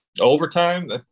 Overtime